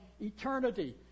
eternity